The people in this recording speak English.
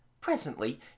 Presently